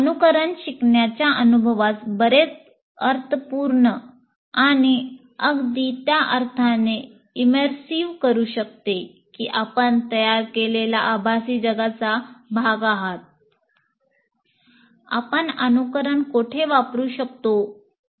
अनुकरण करू शकते की आपण तयार केलेल्या आभासी जगाचा भाग आहात